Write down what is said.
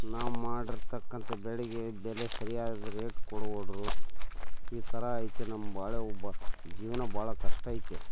ನಾವು ಮಾಡಿರ್ತಕ್ಕಂಥ ಬೆಳೆಗೆ ಬೆಲೆ ಸರಿಯಾದ ರೇಟ್ ಕೊಡುವಲ್ರು ಈ ಥರ ಐತೆ ನಮ್ಮ ಬಾಳೇವು ಬ ಜೀವನ ಭಾಳ ಕಷ್ಟ ಐತೆ